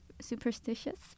superstitious